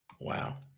Wow